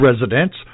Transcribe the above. residents